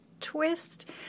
twist